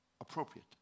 appropriate